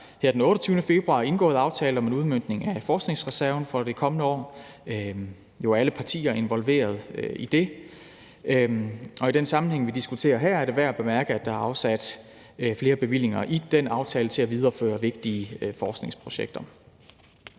her den 28. februar indgået aftale om udmøntningen af forskningsreserven for det kommende år, som alle partier jo er involveret i, og i den sammenhæng, vi diskuterer her, er det værd at bemærke, at der er afsat flere bevillinger i den aftale til at videreføre vigtige forskningsprojekter.